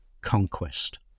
conquest